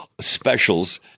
specials